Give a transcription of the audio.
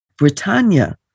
Britannia